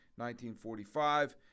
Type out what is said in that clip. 1945